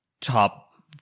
top